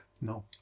No